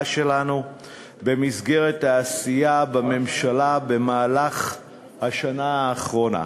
שלנו במסגרת העשייה בממשלה במהלך השנה האחרונה.